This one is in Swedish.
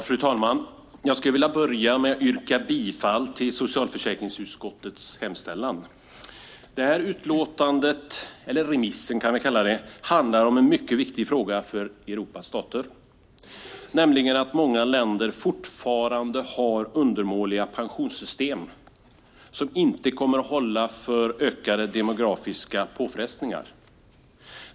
Fru talman! Jag yrkar bifall till socialförsäkringsutskottets förslag. Det här utlåtandet handlar om en mycket viktig fråga för Europas stater, nämligen att många länder fortfarande har undermåliga pensionssystem som inte kommer att hålla för ökade demografiska påfrestningar.